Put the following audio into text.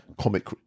comic